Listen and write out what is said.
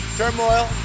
turmoil